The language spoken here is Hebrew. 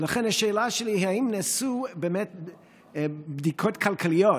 ולכן השאלה שלי היא אם נעשו בדיקות כלכליות